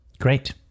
Great